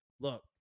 look